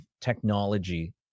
technology